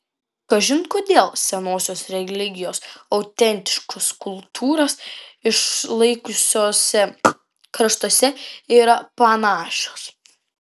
kažin kodėl senosios religijos autentiškas kultūras išlaikiusiuose kraštuose yra panašios